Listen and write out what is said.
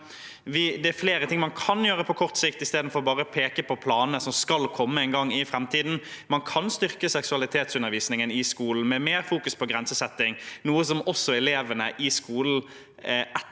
det er flere ting man kan gjøre på kort sikt istedenfor bare å peke på planene som skal komme en gang i framtiden. Man kan styrke seksualitetsundervisningen i skolen, med mer fokus på grensesetting, noe som også elevene i skolen etterlyser,